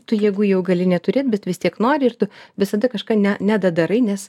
tu jeigu jau gali neturėt bet vis tiek nori ir tu visada kažką ne nedadarai nes